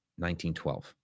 1912